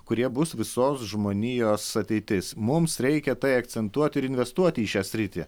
kurie bus visos žmonijos ateitis mums reikia tai akcentuoti ir investuoti į šią sritį